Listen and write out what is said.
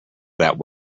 that